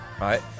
right